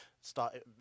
start